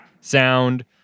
sound